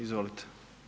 Izvolite.